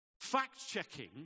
fact-checking